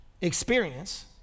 experience